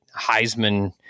Heisman